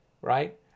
right